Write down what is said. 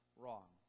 wrong